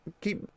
Keep